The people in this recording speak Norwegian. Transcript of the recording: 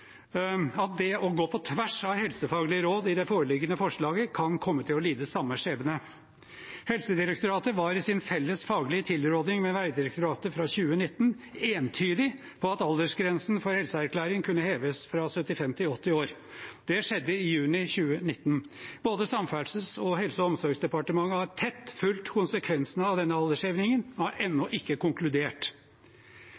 at det å gå på tvers av helsefaglige råd i det foreliggende forslaget kan komme til å lide samme skjebne. Helsedirektoratet var i sin felles faglige tilrådning med Vegdirektoratet fra 2019 entydig på at aldersgrensen for helseerklæring kunne heves fra 75 til 80 år. Det skjedde i juni 2019. Både Samferdselsdepartementet og Helse- og omsorgsdepartementet har tett fulgt konsekvensene av denne aldersendringen, men har ennå